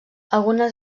algunes